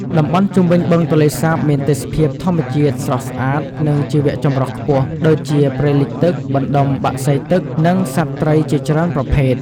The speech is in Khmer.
តំបន់ជុំវិញបឹងទន្លេសាបមានទេសភាពធម្មជាតិស្រស់ស្អាត និងជីវចម្រុះខ្ពស់ ដូចជា ព្រៃលិចទឹក បណ្តុំបក្សីទឹក និងសត្វត្រីជាច្រើនប្រភេទ។